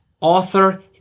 author